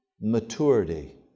maturity